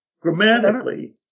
Grammatically